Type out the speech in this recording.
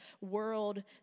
world